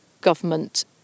government